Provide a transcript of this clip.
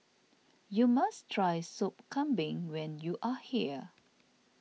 you must try Sop Kambing when you are here